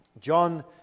John